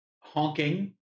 honking